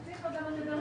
רוצה תדרים.